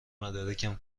مدارکم